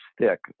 stick